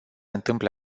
întâmple